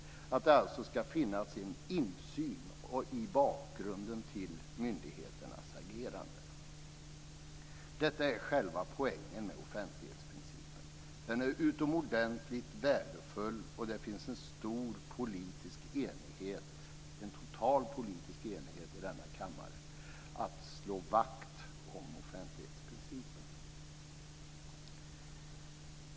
Det ska alltså finnas en insyn i bakgrunden till myndigheternas agerande. Detta är själva poängen med offentlighetsprincipen. Den är utomordentligt värdefull och det finns en total politisk enighet i denna kammare om att slå vakt om offentlighetsprincipen.